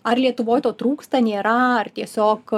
ar lietuvoj to trūksta nėra ar tiesiog